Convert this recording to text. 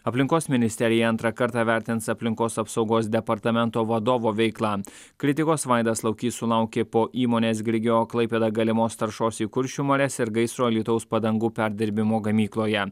aplinkos ministerija antrą kartą vertins aplinkos apsaugos departamento vadovo veiklą kritikos vaidas laukys sulaukė po įmonės grigeo klaipėda galimos taršos į kuršių marias ir gaisro alytaus padangų perdirbimo gamykloje